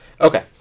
Okay